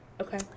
Okay